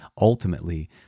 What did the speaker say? ultimately